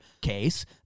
case